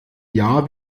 jahr